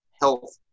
health